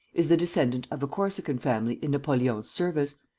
is the descendant of a corsican family in napoleon's service,